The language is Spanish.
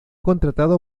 contratado